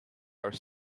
are